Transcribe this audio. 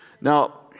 Now